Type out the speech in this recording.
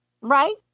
Right